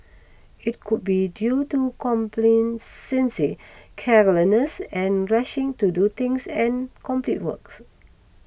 it could be due to complacency carelessness and rushing to do things and complete works